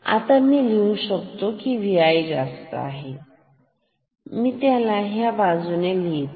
तर आता मी लिहू शकणार Vi जास्त आहे मी त्याला ह्या बाजूला लिहीतो